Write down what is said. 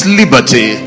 liberty